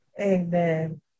Amen